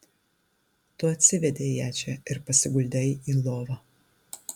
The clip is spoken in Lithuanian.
tu atsivedei ją čia ir pasiguldei į lovą